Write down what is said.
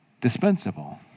dispensable